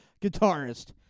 guitarist